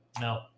no